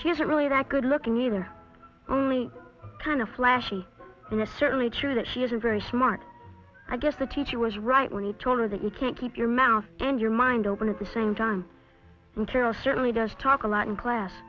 isn't really that good looking either only kind of flashy and it's certainly true that she isn't very smart i guess the teacher was right when he told her that you can't keep your mouth and your mind open at the same time material certainly does talk a lot in class